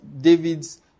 David's